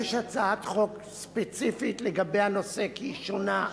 להגיש הצעת חוק ספציפית לגבי הנושא, כי היא שונה,